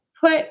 put